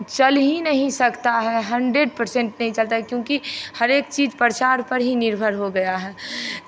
चल ही नहीं सकता है हंड्रेड पर्सेंट नहीं चलता है क्योंकि हर एक चीज़ प्रचार पर ही निर्भर हो गया है